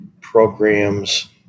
programs